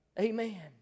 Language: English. Amen